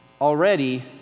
already